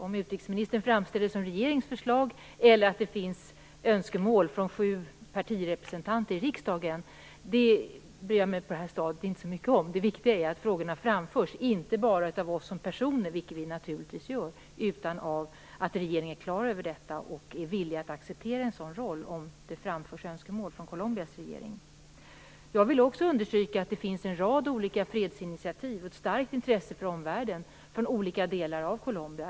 Om utrikesministern framställer detta som regeringens förslag eller som att det finns önskemål från sju partirepresentanter i riksdagen bryr jag mig på det här stadiet inte så mycket om. Det viktiga är att frågorna framförs, inte bara av oss som personer även om vi naturligtvis gör det, utan också som en markering av att regeringen är klar över detta och är villig att acceptera en sådan roll om det framförs önskemål från Colombias regering. Jag vill också understryka att det finns en rad olika fredsinitiativ och ett starkt intresse för omvärlden från olika delar av Colombia.